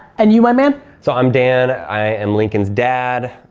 and you, my man? so, i'm dan, i am lincoln's dad,